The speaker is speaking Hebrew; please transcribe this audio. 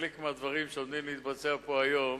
חלק מהדברים שעומדים להתבצע פה היום,